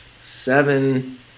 seven